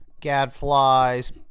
gadflies